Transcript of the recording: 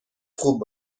خوب